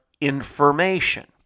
information